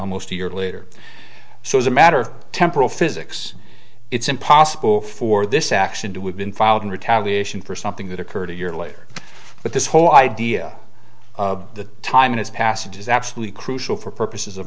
almost a year later so as a matter of temporal physics it's impossible for this action to have been filed in retaliation for something that occurred a year later but this whole idea of the time and its passage is absolutely crucial for purposes of